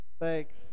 Thanks